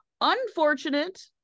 Unfortunate